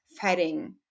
fighting